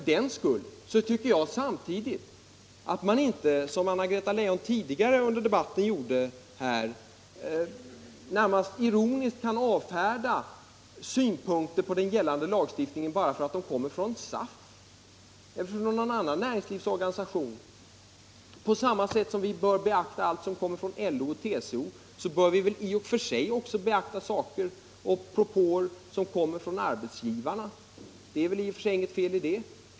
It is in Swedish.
Men jag tycker inte att man, som Anna-Greta Leijon gjorde tidigare under debatten, närmast ironiskt kan avfärda synpunkter på den gällande lagstiftningen bara för att de kommer från SAF eller från någon annan näringslivsorganisation. På samma sätt som vi bör beakta allt som kommer från LO och TCO bör vi beakta propåer som kommer från arbetsgivarna. Det är väl i och för sig inte något fel i det.